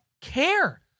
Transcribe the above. care